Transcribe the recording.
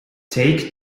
take